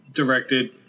Directed